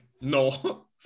No